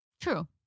True